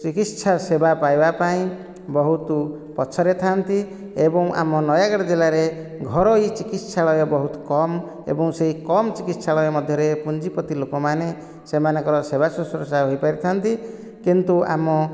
ଚିକିତ୍ସା ସେବା ପାଇବା ପାଇଁ ବହୁତ ପଛରେ ଥାନ୍ତି ଏବଂ ଆମ ନୟାଗଡ଼ ଜିଲ୍ଲାରେ ଘରୋଇ ଚିକିତ୍ସାଳୟ ବହୁତ କମ୍ ଏବଂ ସେ କମ୍ ଚିକିତ୍ସାଳୟ ମଧ୍ୟରେ ପୁଞ୍ଜିପତି ଲୋକ ମାନେ ସେମାନଙ୍କର ସେବା ଶୁଶ୍ରୁଷା ହୋଇ ପାରିଥାନ୍ତି କିନ୍ତୁ ଆମ